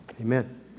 Amen